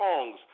songs